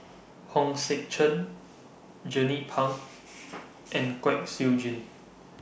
Hong Sek Chern Jernnine Pang and Kwek Siew Jin